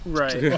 right